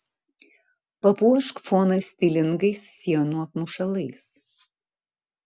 papuošk foną stilingais sienų apmušalais